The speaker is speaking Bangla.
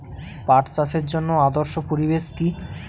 পাট চাষের জন্য আদর্শ পরিবেশ কি?